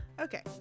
Okay